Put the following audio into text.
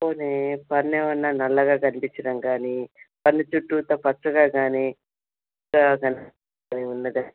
పోనీ పన్ను ఏమైనా నల్లగా కనిపించడం కానీ పన్ను చుట్టూతా పచ్చగా కానీ ఇలా కనిపిస్తున్నాదా